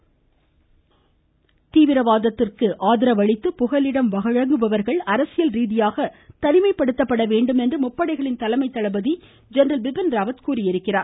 பிபின் ராவத் தீவிரவாதத்திற்கு ஆதரவளித்து புகலிடம் வழங்குபவர்கள் அரசியல் ரீதியாக தனிமைப்படுத்தப்பட வேண்டும் என்று முப்படைகளின் தலைமை தளபதி ஜெனரல் பிபின் ராவத் தெரிவித்துள்ளார்